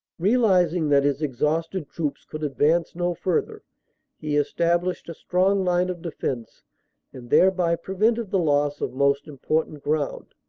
realising that his exhausted troops could advance no further he established a strong line of defense and thereby prevented the loss of most important ground.